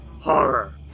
HORROR